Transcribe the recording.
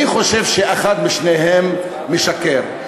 אני חושב שאחד משניהם משקר.